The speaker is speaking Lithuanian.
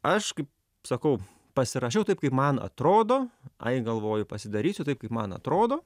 aš kaip sakau pasirašiau taip kaip man atrodo ai galvoju pasidarysiu taip kaip man atrodo